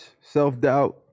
self-doubt